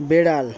বেড়াল